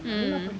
mm